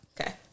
Okay